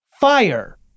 fire